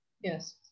Yes